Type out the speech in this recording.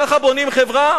ככה בונים חברה?